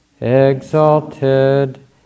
exalted